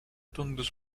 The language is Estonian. tundus